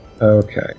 Okay